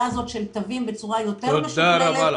הזאת של תווים בצורה יותר משוכללת.